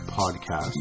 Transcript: podcast